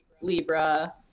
Libra